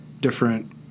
different